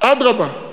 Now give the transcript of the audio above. אדרבה,